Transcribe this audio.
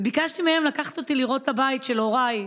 וביקשתי מהן לקחת אותי לראות את הבית לשעבר של הוריי.